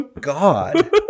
God